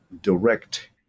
direct